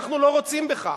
אנחנו לא רוצים בכך.